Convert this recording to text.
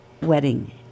wedding